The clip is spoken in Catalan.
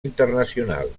internacional